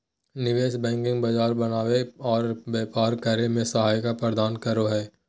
निवेश बैंकिंग बाजार बनावे आर व्यापार करे मे सहायक सेवा प्रदान करो हय